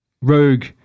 rogue